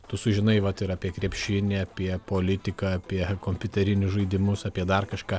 tu sužinai vat ir apie krepšinį apie politiką apie kompiuterinius žaidimus apie dar kažką